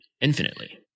infinitely